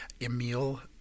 Emil